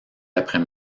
après